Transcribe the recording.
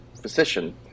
physician